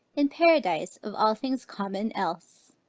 in paradise of all things common else!